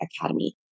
Academy